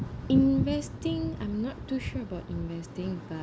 investing I'm not too sure about investing but